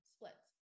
Splits